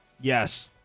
Yes